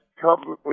completely